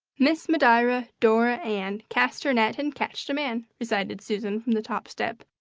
miss medira, dora, ann, cast her net, and catched a man! recited susan from the top step,